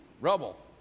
rubble